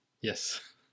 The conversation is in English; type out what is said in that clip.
Yes